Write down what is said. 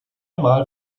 mal